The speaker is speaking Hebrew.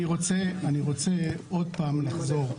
אני רוצה עוד פעם לחזור.